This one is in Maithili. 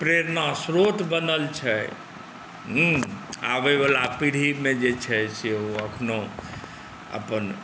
प्रेरणास्त्रोत बनल छै हँ आबयवला पीढ़ीमे जे छै से ओ एखनहु अपन